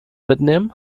mitnehmen